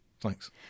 Thanks